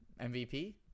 MVP